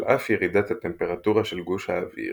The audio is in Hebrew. על-אף ירידת הטמפרטורה של גוש האוויר,